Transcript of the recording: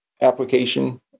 application